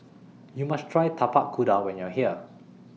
YOU must Try Tapak Kuda when YOU Are here